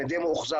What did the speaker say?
אני די מאוכזב,